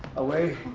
away,